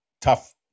tough